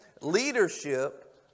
leadership